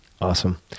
Awesome